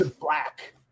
black